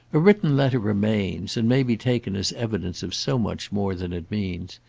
a written letter remains, and may be taken as evidence of so much more than it means.